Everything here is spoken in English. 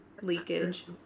Leakage